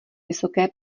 vysoké